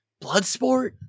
Bloodsport